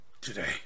today